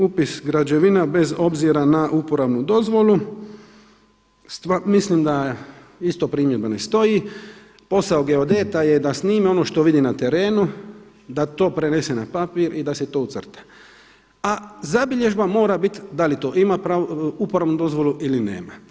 Upis građevina bez obzira na uporabnu dozvolu mislim da isto primjedba ne stoji, posao geodeta je da snimi ono što vidi na terenu, da to prenese na papir i da se to ucrta a zabilježba mora biti da li to ima uporabnu dozvolu ili nema.